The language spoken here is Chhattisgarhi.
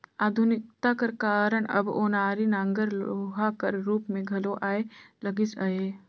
आधुनिकता कर कारन अब ओनारी नांगर लोहा कर रूप मे घलो आए लगिस अहे